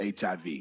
HIV